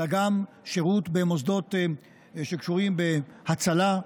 אלא גם שירות במוסדות שקשורים בהצלה,